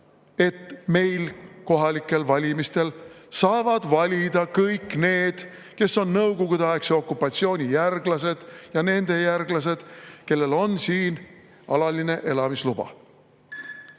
et meil saavad kohalikel valimistel valida kõik need, kes on nõukogudeaegse okupatsiooni järglased ja nende järglased, kellel on siin alaline elamisluba.